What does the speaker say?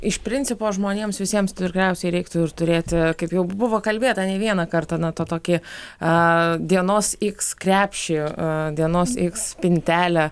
iš principo žmonėms visiems tikriausiai reiktų ir turėti kaip jau buvo kalbėta ne vieną kartą na tą tokį a dienos iks krepšį a dienos iks spintelę